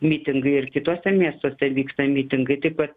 mitingai ir kituose miestuose vyksta mitingai taip pat